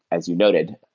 as you noted,